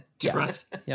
Trust